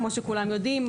כמו שכולם יודעים,